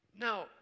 Now